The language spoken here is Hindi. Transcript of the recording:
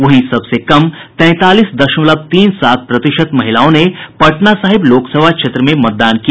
वहीं सबसे कम तैंतालीस दशमलव तीन सात प्रतिशत महिलाओं ने पटना साहिब लोकसभा क्षेत्र में मतदान किया